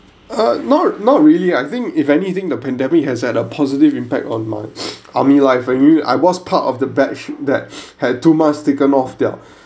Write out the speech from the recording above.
uh not not really I think if anything the pandemic has had a positive impact on my army life I knew I was part of the batch that had too much taken off their